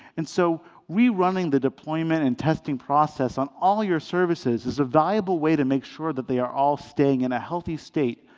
and so rerunning the deployment and testing process on all your services is a viable way to make sure that they are all staying in a healthy state,